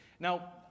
Now